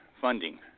funding